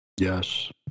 Yes